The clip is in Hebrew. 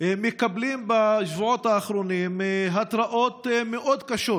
מקבלים בשבועות האחרונים התראות מאוד קשות